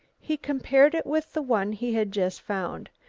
he compared it with the one he had just found.